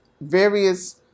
various